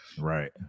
Right